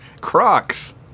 Crocs